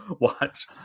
Watch